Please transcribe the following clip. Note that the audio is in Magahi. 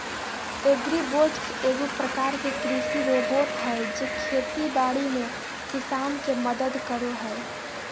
एग्रीबोट्स एगो प्रकार के कृषि रोबोट हय जे खेती बाड़ी में किसान के मदद करो हय